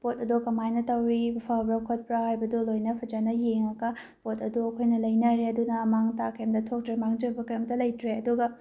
ꯄꯣꯠ ꯑꯗꯣ ꯀꯃꯥꯏꯅ ꯇꯧꯏ ꯐꯕ꯭ꯔ ꯈꯣꯠꯄ꯭ꯔ ꯍꯥꯏꯕꯗꯣ ꯂꯣꯏꯅ ꯐꯖꯅ ꯌꯦꯡꯉꯒ ꯄꯣꯠ ꯑꯗꯣ ꯑꯩꯈꯣꯏꯅ ꯂꯩꯅꯔꯦ ꯑꯗꯨꯅ ꯑꯃꯥꯡ ꯑꯇꯥ ꯀꯩꯔꯤꯝꯇ ꯊꯣꯛꯇ꯭ꯔꯦ ꯃꯥꯡꯖꯕ ꯀꯔꯤꯝꯇ ꯂꯩꯇ꯭ꯔꯦ ꯑꯗꯨꯒ